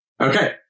Okay